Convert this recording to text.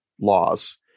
laws